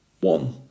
One